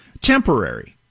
Temporary